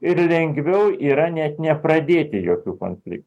ir lengviau yra net nepradėti jokių konflik